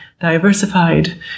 Diversified